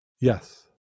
Yes